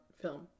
film